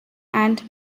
and